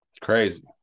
Crazy